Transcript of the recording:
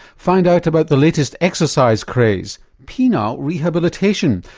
find out about the latest exercise craze penile rehabilitation,